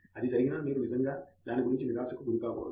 అది జరిగినా మీరు నిజంగా దాని గురించి నిరాశకు గురి కాకూడదు